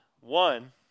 One